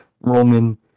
Roman